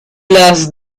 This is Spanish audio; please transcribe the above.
las